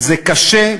זה קשה,